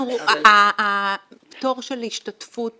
הפטור של השתתפות